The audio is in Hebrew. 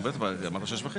אי אפשר את כל,